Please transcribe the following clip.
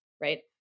right